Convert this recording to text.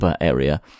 area